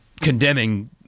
condemning